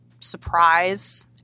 surprise